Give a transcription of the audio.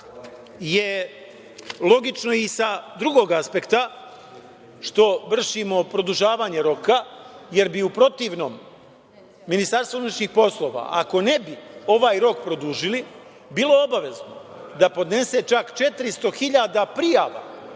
je logično i sa drugog aspekta što vršimo produžavanje roka, jer bi u protivnom Ministarstvo unutrašnjih poslova, ako ne bi ovaj rok produžili, bilo obavezno da podnese čak 400 hiljada